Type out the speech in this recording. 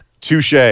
Touche